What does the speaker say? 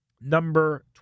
number